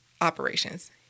operations